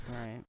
right